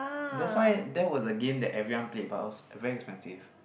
that's why there was a game that everyone played but it was very expensive